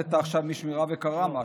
ירדת עכשיו משמירה וקרה משהו.